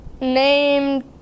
name